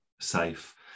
safe